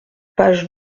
page